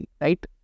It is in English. right